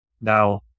Now